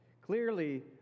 Clearly